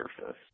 surface